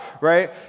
Right